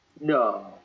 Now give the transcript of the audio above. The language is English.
No